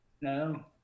No